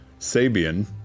Sabian